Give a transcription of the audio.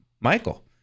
Michael